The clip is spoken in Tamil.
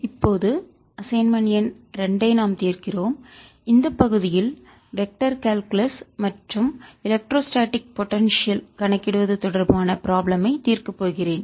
இப்போது அசைன்மென்ட் எண் 2 ஐ நாம் தீர்க்கிறோம் இந்த பகுதியில் வெ க்டர் கால்குலஸ் மற்றும் எலக்ட்ரோஸ்டேடிக் போடன்சியல் மின்னியல் ஆற்றலைக் கணக்கிடுவது தொடர்பான ப்ராப்ளம் ஐ தீர்க்கப் போகிறேன்